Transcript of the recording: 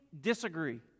disagree